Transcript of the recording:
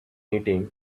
eating